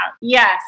Yes